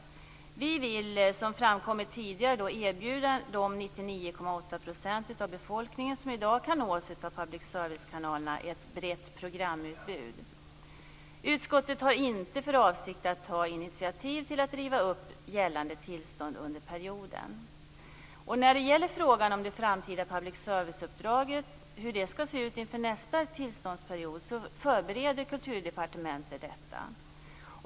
Som framkommit tidigare vill vi erbjuda de 99,8 % av befolkningen som i dag kan nås av public service-kanalerna ett brett programutbud. Utskottet har inte för avsikt att ta initiativ till att riva upp gällande tillstånd under perioden. Kulturdepartementet förbereder frågan om det framtida public service-uppdraget och hur det skall se ut inför nästa tillståndsperiod.